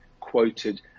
quoted